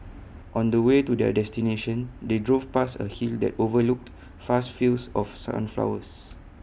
on the way to their destination they drove past A hill that overlooked vast fields of sunflowers